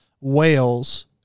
wales